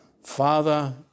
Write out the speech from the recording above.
Father